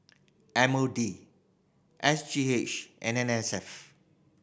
M O D S G H and N S F